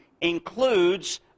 includes